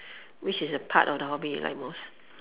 which is the part of the hobby you like most